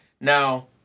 Now